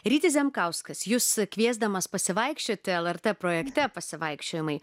rytis zemkauskas jus kviesdamas pasivaikščioti lrt projekte pasivaikščiojimai